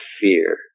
fear